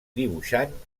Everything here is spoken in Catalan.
dibuixant